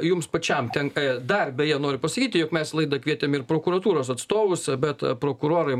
jums pačiam tenka dar beje noriu pasakyti jog mes į laidą kvietėm ir prokuratūros atstovus bet prokurorai